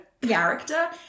character